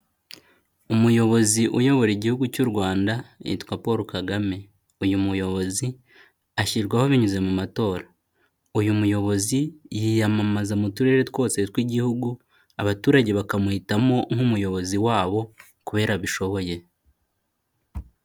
Umuyobozi uyobora igihugu cy'u Rwanda yitwa Paul Kagame uyu muyobozi ashyirwaho binyuze mu matora, uyu muyobozi yiyamamaza mu turere twose tw'igihugu abaturage bakamuhitamo nk'umuyobozi wabo kuberabishoboye.